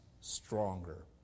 stronger